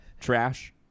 trash